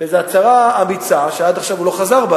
באיזו הצהרה אמיצה שעד עכשיו הוא לא חזר ממנה,